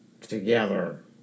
together